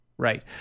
Right